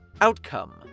Outcome